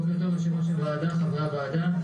ליושב-ראש הוועדה ולחברי הוועדה.